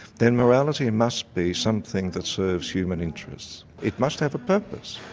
then morality must be something that serves human interests. it must have a purpose,